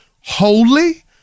holy